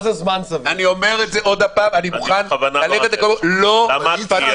אני אומר את זה עוד פעם, אני מוכן --- לא יפתחו.